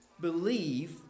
believe